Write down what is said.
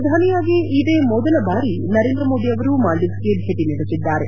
ಪ್ರಧಾನಿಯಾಗಿ ಇದೇ ಮೊದಲ ಬಾರಿ ನರೇಂದ್ರ ಮೋದಿ ಅವರು ಮಾಲ್ಡೀವ್ಸ್ ಗೆ ಭೇಟಿ ನೀಡುತ್ತಿದ್ದಾರೆ